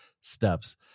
steps